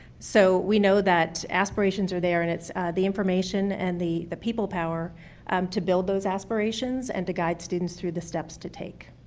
so we know that aspirations are there, and it's the information and the the people power to build those aspirations and to guide students through the steps to take.